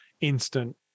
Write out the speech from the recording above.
instant